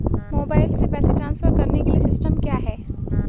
Mobile से पैसे transfer करने के लिए सिस्टम क्या है?